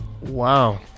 Wow